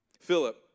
Philip